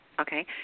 Okay